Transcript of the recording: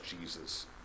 Jesus